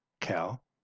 Cal